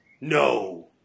no